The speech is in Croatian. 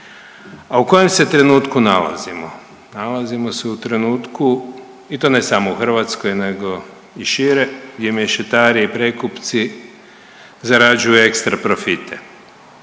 A u kojem se trenutku nalazimo? Nalazimo se u trenutku i to ne samo u Hrvatskoj nego i šire gdje mešetari i prekupci zarađuju ekstra profite